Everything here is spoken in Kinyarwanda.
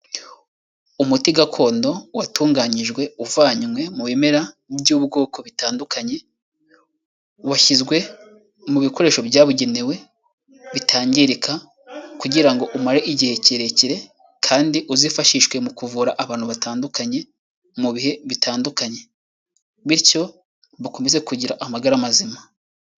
Umuti gakondo watunganyijwe uvanywe mu bimera by'ubwoko bitandukanye, washyizwe mu bikoresho byabugenewe bitangirika kugira ngo umare igihe kirekire kandi uzifashishwe mu kuvura abantu batandukanye mu bihe bitandukanye, bityo bakomeze kugira amagara mazima.